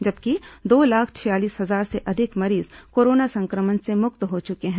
जबकि दो लाख छियालीस हजार से अधिक मरीज कोरोना संक्रमण से मुक्त हो चुके हैं